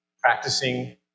practicing